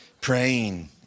praying